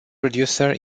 producer